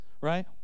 right